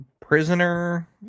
Prisoner